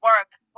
work